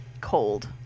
cold